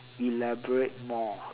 elaborate more